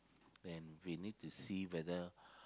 then we need to see whether